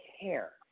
care